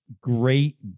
great